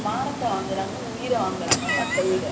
!wow!